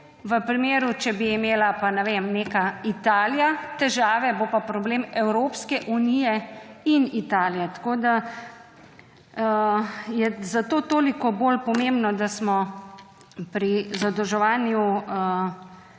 V primeru, če bi imela pa, ne vem, neka Italija težave, bo pa problem Evropske unije in Italije. Zato je toliko bolj pomembno, da smo pri zadolževanju